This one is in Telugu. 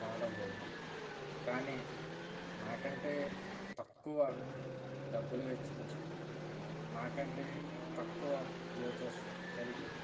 కొనడం జరిగింది కానీ నాకంటే తక్కువ డబ్బులు వెచ్చించి నాకంటే తక్కువ ఫ్యూచర్స్ కలిగి